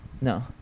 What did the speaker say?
No